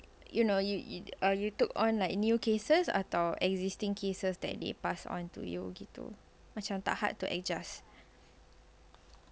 you know y~ you you took on like new cases atau existing cases that they pass on to you gitu macam tak hard to adjust